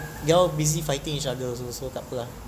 you all busy fighting each other also lah